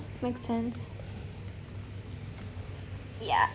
makes sense yeah